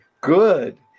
good